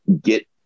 get